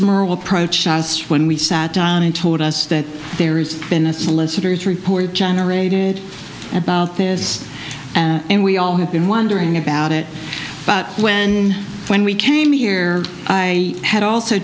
murrell approached us when we sat down and told us that there's been a solicitor's reported generated about this and we all have been wondering about it but when when we came here i had also